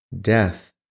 death